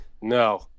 No